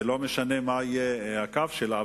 ולא משנה מה יהיה הקו שלה,